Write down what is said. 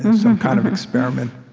and some kind of experiment,